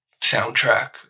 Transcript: soundtrack